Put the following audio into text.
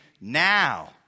now